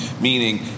meaning